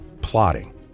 plotting